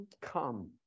Come